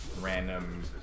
random